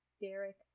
Derek